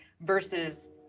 versus